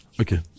Okay